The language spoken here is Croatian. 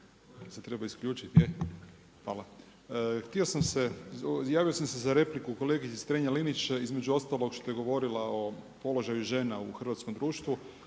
Željko (SDP)** Hvala. Javio sam se za repliku kolegici Strenja-Linić između ostalog što je govorila o položaju žena u hrvatskom društvu